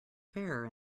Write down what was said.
fair